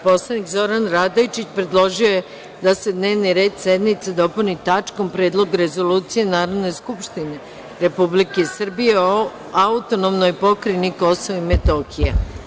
Poslanik Zoran Radojčić predložio je da se dnevni red sednice dopuni tačkom – Predlog rezolucije Narodne skupštine Republike Srbije o AP Kosovo i Metohija.